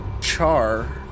Char